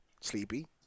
sleepy